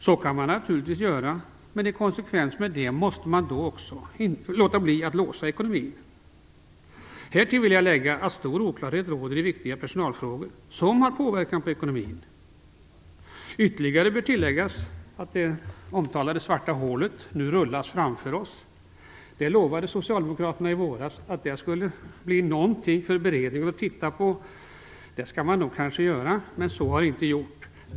Så kan man naturligtvis göra, men i konsekvens med det måste man då också undvika att låsa ekonomin. Härtill vill jag lägga att stor oklarhet råder i viktiga personalfrågor som har påverkan på ekonomin. Ytterligare bör tilläggas att det omtalade svarta hålet nu skjuts framför oss. Socialdemokraterna lovade i våras att det skulle bli föremål för studium av en beredning. Det bör kanske göras, men så har inte skett.